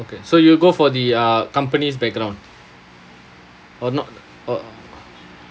okay so you go for the uh companies background or not or